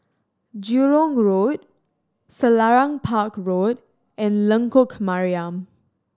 Jurong Road Selarang Park Road and Lengkok Mariam